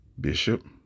Bishop